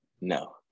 No